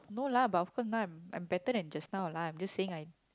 no lah but of course now I'm I'm better than just now lah I'm just saying I